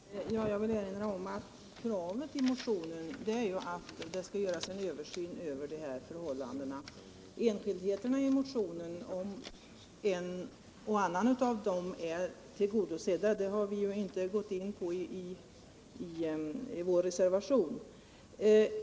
Herr talman! Jag vill erinra om att kravet i motionen är att det skall göras en översyn av dessa förhållanden. Vi har i vår reservation inte gått in på huruvida en del enskildheter i motionen är tillgodosedda.